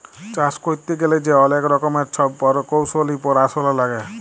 চাষ ক্যইরতে গ্যালে যে অলেক রকমের ছব পরকৌশলি পরাশলা লাগে